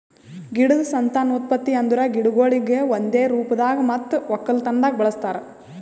ಗಿಡದ್ ಸಂತಾನೋತ್ಪತ್ತಿ ಅಂದುರ್ ಗಿಡಗೊಳಿಗ್ ಒಂದೆ ರೂಪದಾಗ್ ಮತ್ತ ಒಕ್ಕಲತನದಾಗ್ ಬಳಸ್ತಾರ್